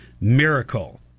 miracle